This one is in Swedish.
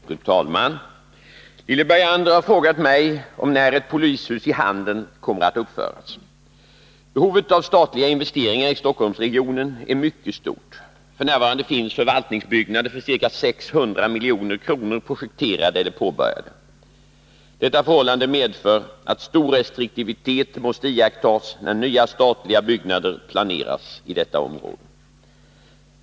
Fru talman! Lilly Bergander har frågat mig om när ett polishus i Handen kommer att uppföras. Behovet av statliga investeringar i Stockholmsregionen är mycket stort. F.n. finns förvaltningsbyggnader för ca 600 milj.kr. projekterade eller påbörjade. Detta förhållande medför att stor restriktivitet måste iakttas när nya statliga byggnader planeras i detta område.